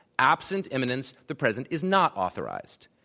absent imminence, the president is not authorized.